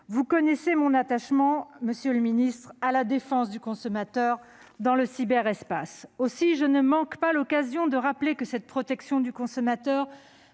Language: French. vous connaissez mon attachement à la défense du consommateur dans le cyberespace. Aussi, je ne manque pas l'occasion de rappeler que cette protection du consommateur